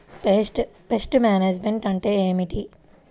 Pest management అంటే ఏమిటి?